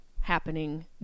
happening